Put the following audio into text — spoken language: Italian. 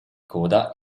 coda